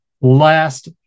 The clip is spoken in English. last